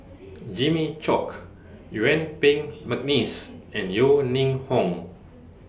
Jimmy Chok Yuen Peng Mcneice and Yeo Ning Hong